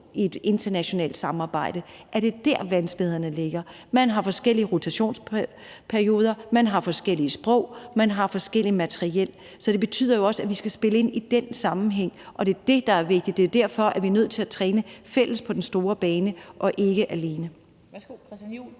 i et internationalt samarbejde, så er det der, vanskelighederne ligger. Man har forskellige rotationsperioder, man har forskellige sprog, man har forskelligt materiel. Så det betyder jo også, at vi skal spille ind i den sammenhæng, og det er det, der er vigtigt. Det er jo derfor, vi er nødt til at træne fælles på den store bane og ikke alene.